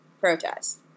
protest